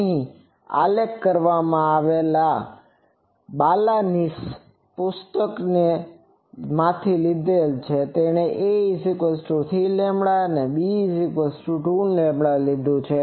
અહીં તેને આલેખ કરવા માટે આ બાલાનીસ પુસ્તકમાંથી લીધેલ છે તેણે a3λ અને b2λ લીધું છે